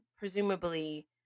presumably